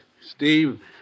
Steve